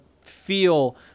feel